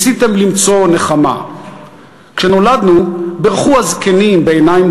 ניסיתם למצוא נחמה / כשנולדנו בירכו הזקנים בעיניים